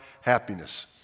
happiness